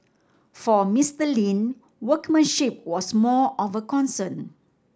for Mister Lin workmanship was more of a concern